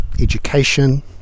education